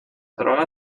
droga